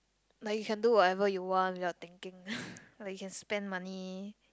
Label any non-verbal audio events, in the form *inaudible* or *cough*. like you can do whatever you want without thinking *breath* like you can spend money